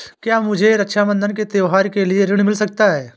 क्या मुझे रक्षाबंधन के त्योहार के लिए ऋण मिल सकता है?